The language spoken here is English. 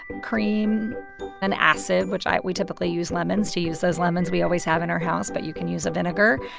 cream and acid, which i we typically use lemons, to use those lemons we always have in our house. but you can use a vinegar.